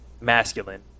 masculine